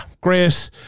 great